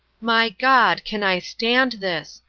my god, can i stand this!